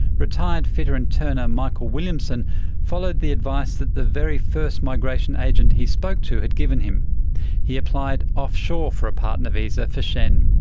retired fitter and turner michael williamson followed the advice that the very first migration agent he spoke to had given him he applied offshore for a partner visa for shen.